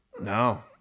No